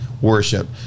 worship